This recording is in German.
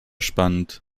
spannend